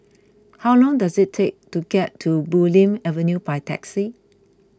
how long does it take to get to Bulim Avenue by taxi